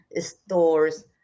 stores